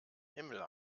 himmel